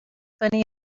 funny